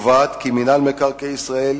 הקובעת כי מינהל מקרקעי ישראל